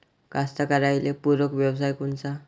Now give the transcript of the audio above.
कास्तकाराइले पूरक व्यवसाय कोनचा?